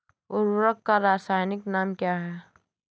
उर्वरक का रासायनिक नाम क्या है?